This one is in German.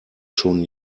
schon